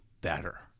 better